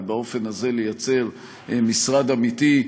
ובאופן הזה לייצר משרד אמיתי,